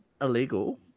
illegal